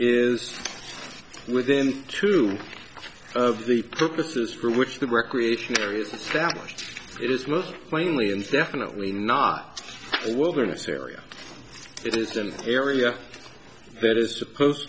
is within two of the purposes for which the recreation areas that it is most plainly and definitely not wilderness area it's an area that is supposed